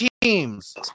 teams